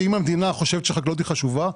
שאם המדינה חושבת שהחקלאות חשובה,